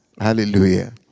Hallelujah